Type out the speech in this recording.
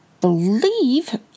believe